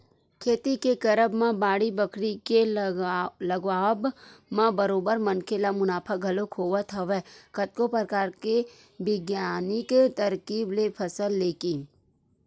खेती के करब म बाड़ी बखरी के लगावब म बरोबर मनखे ल मुनाफा घलोक होवत हवय कतको परकार के बिग्यानिक तरकीब ले फसल लेके